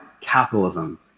capitalism